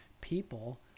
people